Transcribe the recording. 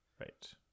right